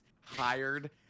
hired